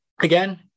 Again